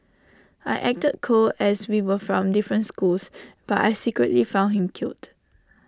I acted cold as we were from different schools but I secretly found him cute